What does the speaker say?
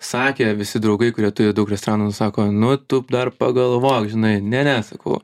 sakė visi draugai kurie turi daug restoranų sako nu tu dar pagalvok žinai ne ne sakau